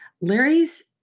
Larry's